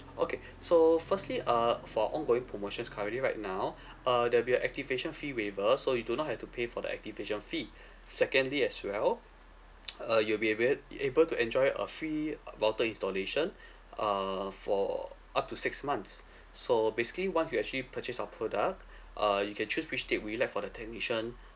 okay so firstly uh for ongoing promotions currently right now uh there'll be a activation fee waiver so you do not have to pay for the activation fee secondly as well uh you'll be able you able to enjoy a free uh router installation uh for up to six months so basically once you actually purchased our product uh you can choose which date would you like for the technician